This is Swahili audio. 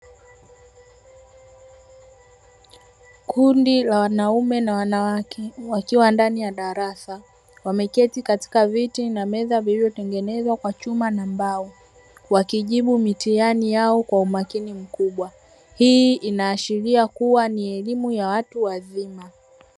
Kundi la wanaume na wanawake wakiwa ndani ya darasa, wameketi katika viti na meza vilivyotengenezwa kwa chuma na mbao; wakijibu mitihani yao kwa umakini mkubwa. Hii inaashiria kuwa ni elimu ya watu wazima.